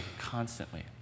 constantly